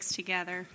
together